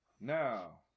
Now